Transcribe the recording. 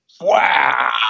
wow